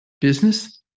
business